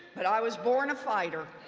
but i was born a fighter.